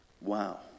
wow